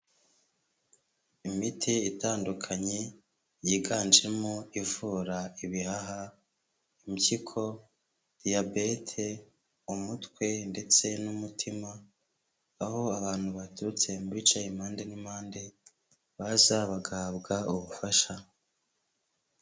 Imiti itandukanye yiganjemo ivura ibihaha, impyiko, diyabete, umutwe ndetse n'umutima, aho abantu baturutse bice, impande n'impande baza bagahabwa ubufasha.